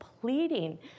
pleading